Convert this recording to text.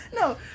No